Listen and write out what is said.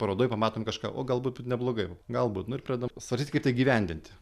parodoj pamatom kažką o galbūt neblogai galbūt nu ir pradedam svarstyti kaip tai įgyvendinti